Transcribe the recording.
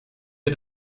wir